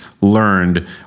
learned